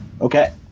Okay